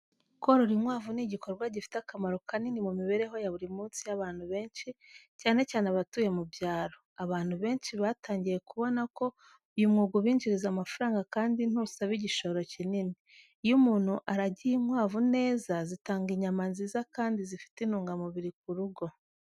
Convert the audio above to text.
Korora inkwavu ni igikorwa gifite akamaro kanini mu mibereho ya buri munsi y’abantu benshi, cyane cyane abatuye mu byaro. Abantu benshi batangiye kubona ko uyu mwuga ubinjiriza amafaranga kandi ntusaba igishoro kinini. Iyo umuntu aragiye inkwavu neza, zitanga inyama nziza kandi zifite intungamubiri ku rugo.